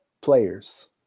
players